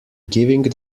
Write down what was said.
giving